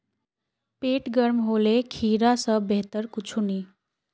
पेट गर्म होले खीरा स बेहतर कुछू नी